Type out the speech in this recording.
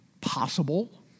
possible